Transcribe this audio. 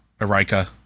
Erika